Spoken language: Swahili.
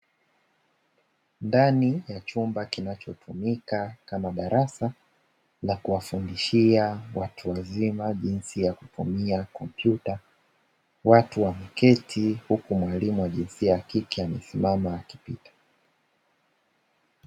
Ndani ya chumba kinachotumika kama darasa la kuwafundishia watu wazima jinsi ya kutumia kompyuta, watu wameketi huku mwalimu wa jinsia ya kike amesimama akipita.